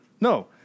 No